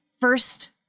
first